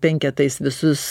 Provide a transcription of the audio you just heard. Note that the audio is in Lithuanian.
penketais visus